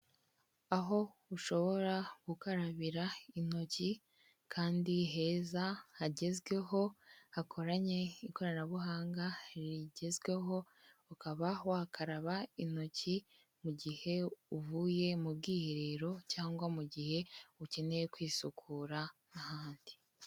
Aho ushobora gukarabira intoki kandi heza hagezweho hakoranye ikoranabuhanga rigezweho ukaba wakaraba intoki mu gihe uvuye mu bwiherero cyangwa mu gihe ukeneye kwisukura ahandi.